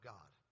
God